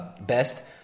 Best